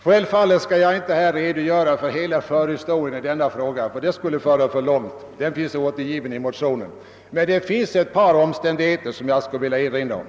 Självfallet kan jag inte redogöra för hela förhistorien till detta ärende, ty det skulle föra för långt. Den finns återgiven i motionen. Men det finns ett par omständigheter som jag skulle vilja erinra om.